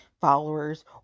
followers